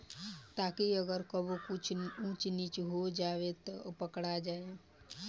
ताकि अगर कबो कुछ ऊच नीच हो जाव त पकड़ा जाए